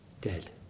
Dead